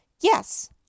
Yes